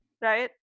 right